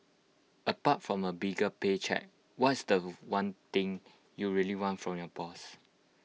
apart from A bigger pay cheque what's The One thing you really want from your boss